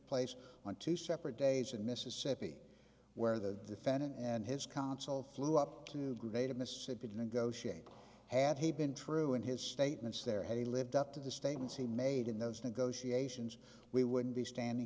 place on two separate days in mississippi where the fan and his counsel flew up to convey to mississippi to negotiate had he been true in his statements there had he lived up to the statements he made in those negotiations we wouldn't be standing